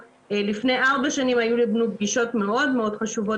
לפני ארבע שנים היו לנו פגישות מאוד חשובות